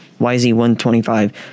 YZ125